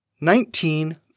nineteen